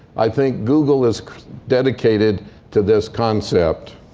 i think google is dedicated to this concept.